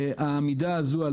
העמידה הזו על